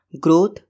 Growth